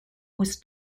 was